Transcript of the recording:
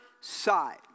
side